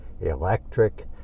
electric